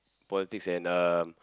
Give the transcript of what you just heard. politics and um